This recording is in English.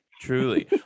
truly